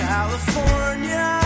California